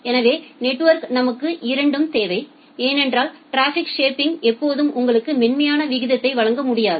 எனவே நெட்வொர்க்கில் நமக்கு இரண்டும் தேவை ஏனென்றால் டிராபிக் ஷேப்பிங் எப்போதும் உங்களுக்கு மென்மையான விகிதத்தை வழங்க முடியாது